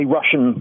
Russian